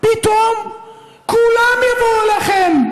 פתאום כולם יבואו אליכם,